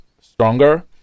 stronger